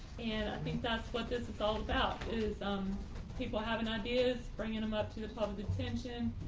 and i think that's what this is all about is um people have an ideas bringing them up to the top of detention.